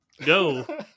go